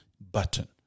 button